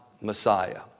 Messiah